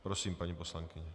Prosím, paní poslankyně.